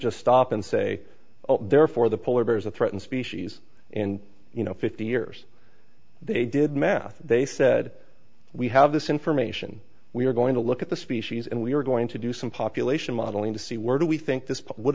just stop and say oh therefore the polar bears a threatened species and you know fifty years they did math they said we have this information we are going to look at the species and we are going to do some population modeling to see where do we think this